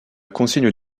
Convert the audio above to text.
consigne